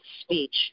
speech